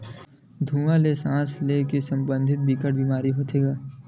धुवा ले सास ले संबंधित बिकट के बेमारी होथे गा